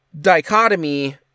dichotomy